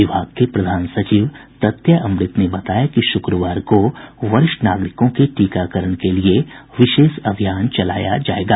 विभाग के प्रधान सचिव प्रत्यय अमृत ने बताया कि शुक्रवार को वरिष्ठ नागरिकों के टीकाकरण के लिए विशेष अभियान चलाया जायेगा